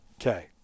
Okay